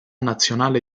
nazionale